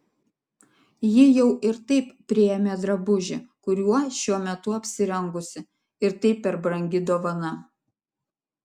ji jau ir taip priėmė drabužį kuriuo šiuo metu apsirengusi ir tai per brangi dovana